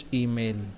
email